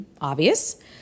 obvious